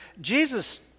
Jesus